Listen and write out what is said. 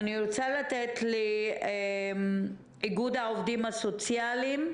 יושבת-ראש איגוד העובדים הסוציאליים